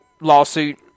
lawsuit